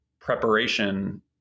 preparation